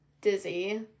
dizzy